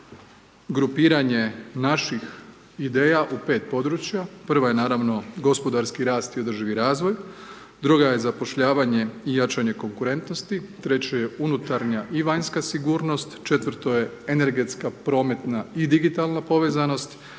grupiranje naših ideja u 5 područja, prva je naravno gospodarski rast i održivi razvoj, druga je zapošljavanje i jačanje konkurentnosti, treća je unutarnja i vanjska sigurnost, četvrto je energetska prometna i digitalna povezanost